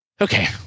Okay